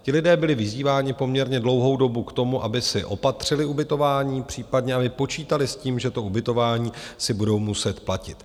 Ti lidé byli vyzýváni poměrně dlouhou dobu k tomu, aby si opatřili ubytování, případně aby počítali s tím, že ubytování si budou muset platit.